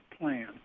plan